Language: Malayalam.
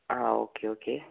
ആ ഓക്കേ ഓക്കേ